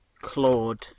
Claude